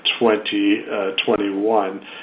2021